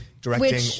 directing